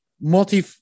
multi